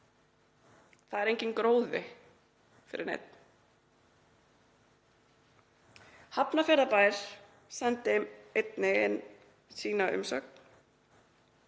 Það er enginn gróði fyrir neinn. Hafnarfjarðarbær sendi einnig inn sína umsögn.